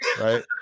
right